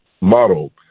model